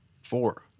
Four